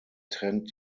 trennt